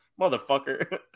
motherfucker